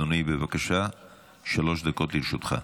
אדוני, בבקשה, שלוש דקות לרשותך.